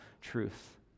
truth